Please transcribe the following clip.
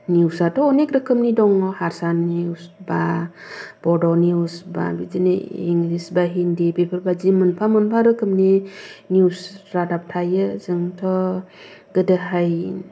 news आथ' अनेख रोखोमनि दङ हारसा निउस बा बड' निउस बा बिदिनो इंलिश बा हिन्दी बेफोर बायदि मोनफा मोनफा रोखोमनि निउस रादाब थायो जोंथ' गोदोहाय